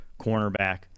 cornerback